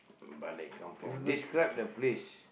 balik kampung describe the place